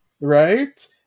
right